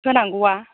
होनांगौआ